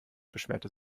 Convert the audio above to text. beschwerte